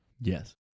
Yes